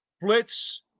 blitz